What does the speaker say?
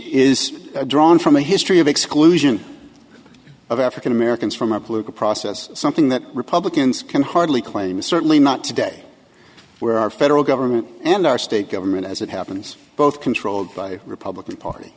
is drawn from a history of exclusion of african americans from our political process something that republicans can hardly claim is certainly not today where our federal government and our state government as it happens both controlled by republican party